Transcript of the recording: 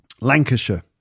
Lancashire